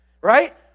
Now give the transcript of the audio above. right